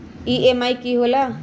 EMI की होला?